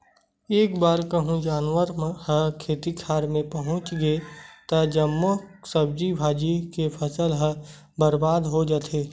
एक बार कहूँ जानवर ह खेत खार मे पहुच गे त जम्मो सब्जी भाजी के फसल ह बरबाद हो जाथे